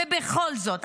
ובכל זאת,